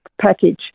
package